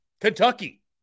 Kentucky